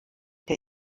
der